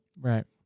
Right